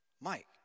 Mike